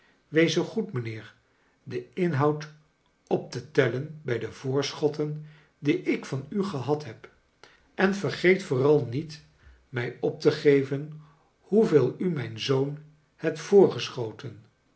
wees zoo goed mijaheer den inhoud op te tellen bij de voorschottea die ik van a gehad heb ea vergeet vooral aiet mij op te gevea hoeveel u mij a zoon hebt voorgeschotea